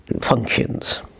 functions